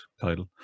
title